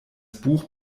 buch